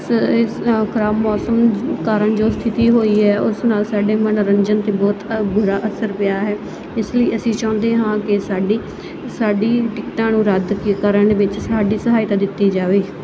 ਸ ਇਸ ਖਰਾਬ ਮੌਸਮ ਕਾਰਨ ਜੋ ਸਥਿਤੀ ਹੋਈ ਹੈ ਉਸ ਨਾਲ ਸਾਡੇ ਮਨੋਰੰਜਨ 'ਤੇ ਬਹੁਤ ਬੁਰਾ ਅਸਰ ਪਿਆ ਹੈ ਇਸ ਲਈ ਅਸੀਂ ਚਾਹੁੰਦੇ ਹਾਂ ਕਿ ਸਾਡੀ ਸਾਡੀ ਟਿਕਟਾਂ ਨੂੰ ਰੱਦ ਕੀ ਕਰਨ ਵਿੱਚ ਸਾਡੀ ਸਹਾਇਤਾ ਦਿੱਤੀ ਜਾਵੇ